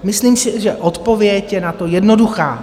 Myslím si, že odpověď je na to jednoduchá.